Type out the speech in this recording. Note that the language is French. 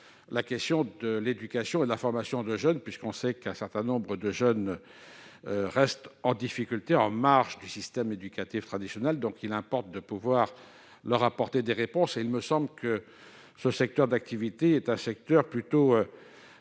en matière d'éducation et de formation des jeunes. On sait qu'un certain nombre de ces derniers restent en difficulté, en marge du système éducatif traditionnel. Il importe de pouvoir leur apporter des réponses ; or il me semble que ce secteur d'activité est plutôt